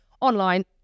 online